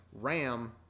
Ram